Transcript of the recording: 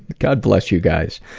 god bless you guys.